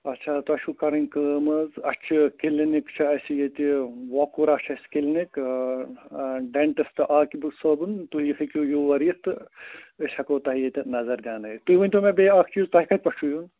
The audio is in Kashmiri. اچھا تۄہہِ چھُو کَرٕنۍ کٲم حظ اَسہِ چھِ کِلنِک چھُ اَسہِ ییٚتہِ واکوٗرہ چھُ اَسہِ کِلنِک ڈٮ۪نٹِسٹ عاقِب صوبُن تُہۍ ہیٚکِو یور یِتھ تہٕ أسۍ ہٮ۪کو تۄہہِ ییٚتہِ نظر دیٛانٲیِتھ تُہۍ ؤنۍتو مےٚ بیٚیہِ اَکھ چیٖز تۄہہِ کَتہِ پٮ۪ٹھ چھُو یُن